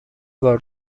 بار